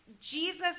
Jesus